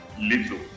little